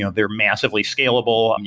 ah they're massively scalable.